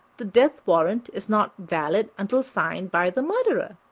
the death warrant is not valid until signed by the murderer.